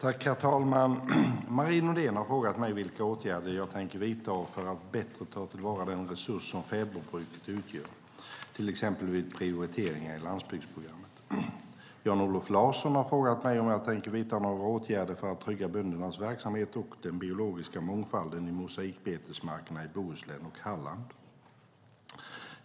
Herr talman! Marie Nordén har frågat mig vilka åtgärder jag tänker vidta för att bättre ta till vara den resurs som fäbodbruket utgör, till exempel vid prioriteringar i landsbygdsprogrammet. Jan-Olof Larsson har frågat mig om jag tänker vidta några åtgärder för att trygga böndernas verksamhet och den biologiska mångfalden i mosaikbetesmarkerna i Bohuslän och Halland.